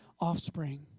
offspring